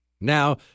Now